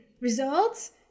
results